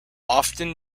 often